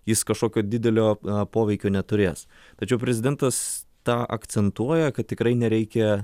jis kažkokio didelio poveikio neturės tačiau prezidentas tą akcentuoja kad tikrai nereikia